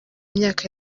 myaka